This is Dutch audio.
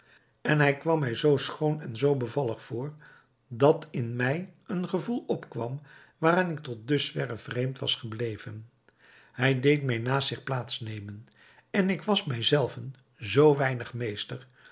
en hij kwam mij zoo schoon en zoo bevallig voor dat in mij een gevoel opkwam waaraan ik tot dusverre vreemd was gebleven hij deed mij naast zich plaats nemen en ik was mij zelven zoo weinig meester